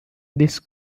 this